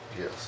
Yes